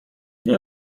بیا